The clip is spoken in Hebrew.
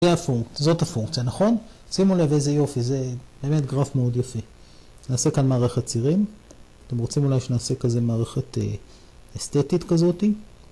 זאת הפונקציה, נכון? שימו לב איזה יופי, זה באמת גרף מאוד יפה אז נעשה כאן מערכת צירים, אתם רוצים אולי שנעשה כזה מערכת אסתטית כזאתי